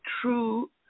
true